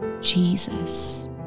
Jesus